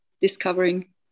discovering